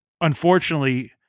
unfortunately